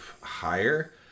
higher